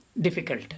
difficult